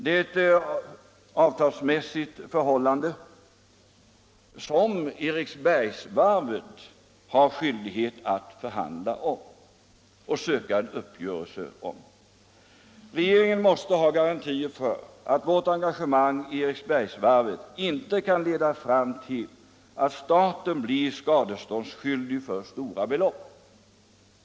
Det är ett avtalsmässigt förhållande som Eriksbergsvarvet har skyldighet att förhandla om och söka träffa en uppgörelse om. Regeringen måste ha garantier för att vårt engagemang vid Eriksbergsvarvet inte kan leda fram till att staten blir skadeståndsskyldig för stora belopp.